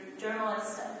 journalists